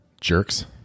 Jerks